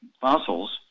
fossils